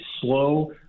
slow